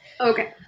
okay